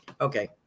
Okay